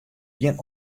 gjin